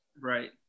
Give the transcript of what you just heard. Right